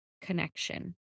connection